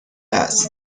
است